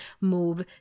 move